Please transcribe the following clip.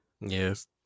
Yes